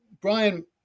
Brian